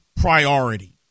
priority